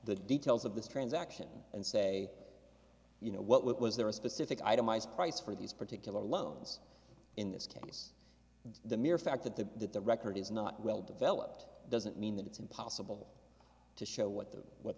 the details of this transaction and say you know what was there a specific itemized price for these particular loans in this case the mere fact that the that the record is not well developed doesn't mean that it's impossible to show what the what